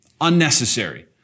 unnecessary